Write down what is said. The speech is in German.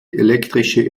elektrische